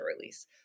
release